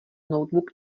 notebook